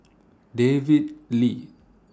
David Lee